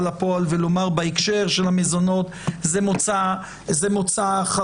לפועל ולומר שבהקשר של המזונות זה מוצא אחרון,